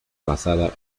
basada